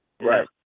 Right